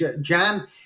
John